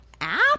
app